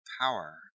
power